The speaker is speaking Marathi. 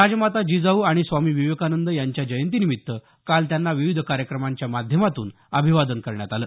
राजमाता जिजाऊ आणि स्वामी विवेकांनद यांच्या जयंतीनिमित्त काल त्यांना विविध कार्यक्रमांच्या माध्यमातून अभिवादन करण्यात आलं